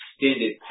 extended